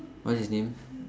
what's his name